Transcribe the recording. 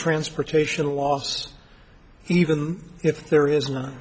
transportation loss even if there isn't